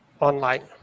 online